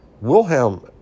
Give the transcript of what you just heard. Wilhelm